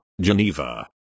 Geneva